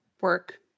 work